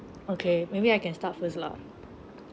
okay maybe I can start first lah